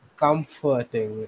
comforting